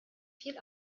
viel